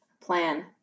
plan